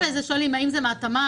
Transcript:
וזה שונה אם זה מהתמ"ג,